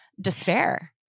despair